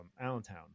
Allentown